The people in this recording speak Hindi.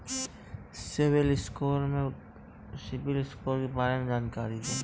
सिबिल स्कोर के बारे में जानकारी दें?